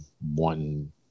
one